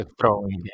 throwing